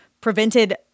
prevented